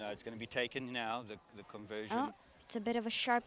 now it's going to be taken now that the conversion it's a bit of a sharp